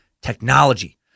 technology